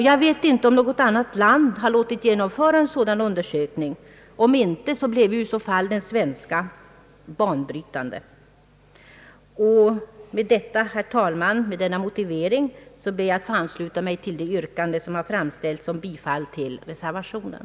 Jag vet inte om något annat land låtit genomföra en sådan undersökning; är så inte fallet, blir ju den svenska undersökningen banbrytande. Med denna motivering, herr talman, ber jag att få ansluta mig till det yrkande som framställts om bifall till reservationen.